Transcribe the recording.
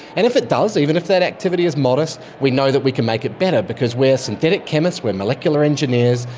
and if it does, even if that activity is modest, we know that we can make it better because we are synthetic chemists, we are molecular engineers,